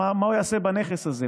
מה הוא יעשה בנכס הזה?